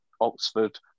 Oxford